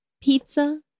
pizza